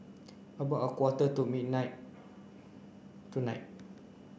about a quarter to midnight tonight